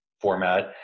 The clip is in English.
format